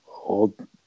old